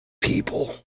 people